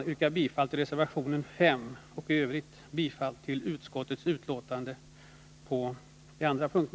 Jag yrkar bifall till reservation nr 5 och i övrigt bifall till utskottets hemställan på alla punkter.